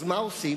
אז מה עושים?